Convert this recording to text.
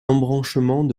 embranchement